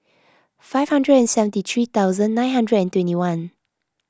five hundred and seventy three thousand nine hundred and twenty one